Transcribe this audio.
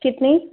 कितनी